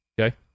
Okay